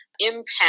impact